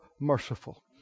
merciful